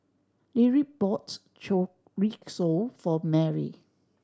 Lyric bought Chorizo for Mary